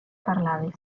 parlades